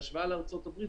בהשוואה לארצות הברית,